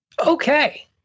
Okay